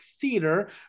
Theater